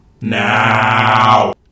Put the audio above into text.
now